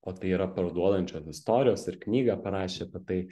o tai yra parduodančios istorijos ir knygą parašė apie tai